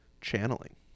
channeling